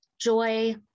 joy